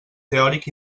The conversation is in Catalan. teòric